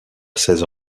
seize